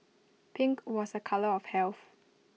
pink was A colour of health